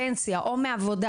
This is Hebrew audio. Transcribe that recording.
מפנסיה או מעבודה